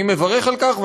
אני מברך על כך,